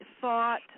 thought